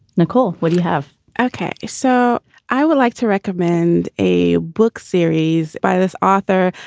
nicole, what do you have? okay. so i would like to recommend a book series by this author,